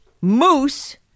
Moose